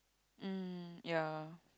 mm ya